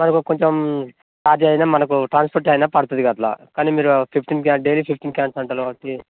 మనకి కొంచెం చార్జ్ అయిన మనకు ట్రాన్స్పోర్ట్ అయినా పడుతుంది అలా కానీ మీరు fifteen can daily fifteen cans అంటున్నారు కాబట్టి